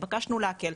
התבקשנו להקל,